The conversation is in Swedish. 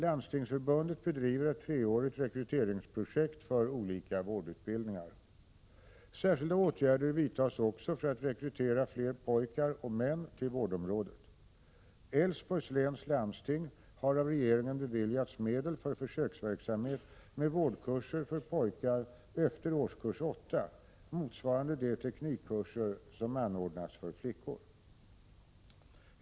Landstingsförbundet bedriver ett Särskilda åtgärder vidtas också för att rekrytera fler pojkar och män till vårdområdet. Älvsborgs läns landsting har av regeringen beviljats medel för försöksverksamhet med vårdkurser för pojkar efter årskurs 8, motsvarande de teknikkurser som anordnas för flickor.